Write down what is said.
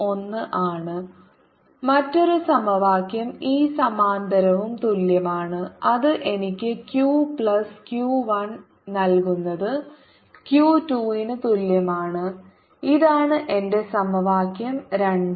kq2 qq1 q2qq1 equ 2 equ 1 ⟹q2k12q q22k1q q1q2 q2k1 1q 1 kk1q k 1k1q മറ്റൊരു സമവാക്യം E സമാന്തരവും തുല്യമാണ് അത് എനിക്ക് q പ്ലസ് q 1 നൽകുന്നത് q 2 ന് തുല്യമാണ് ഇതാണ് എന്റെ സമവാക്യം 2